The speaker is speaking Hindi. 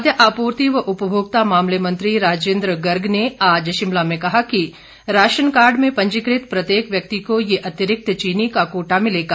खाद्य आपूर्ति व उपभोक्ता मामले मंत्री राजेन्द्र गर्ग ने आज शिमला में कहा कि राशन कार्ड में पंजीकृत प्रत्येक व्यक्ति को यह अतिरिक्त चीनी का कोटा मिलेगा